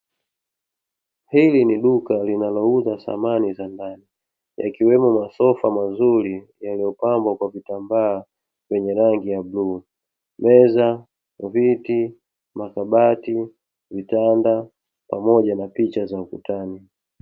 Hili ni duka linalouza samani za ndani; yakiwemo masofa mazuri yaliyopambwa kwa vitambaa vyenye rangi ya bluu, meza, viti, makabati, vitanda pamoja na picha za ukutani.